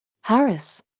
Harris